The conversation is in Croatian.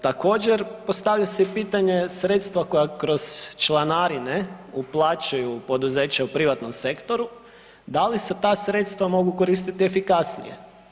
Također postavlja se i pitanje sredstva koja kroz članarine uplaćuju poduzeća u privatnom sektoru da li se ta sredstva mogu koristit efikasnije?